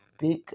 big